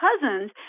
cousins